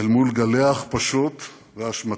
אל מול גלי ההכפשות וההשמצות